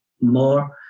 more